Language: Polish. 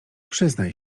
przyznaj